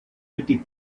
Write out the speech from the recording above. fifty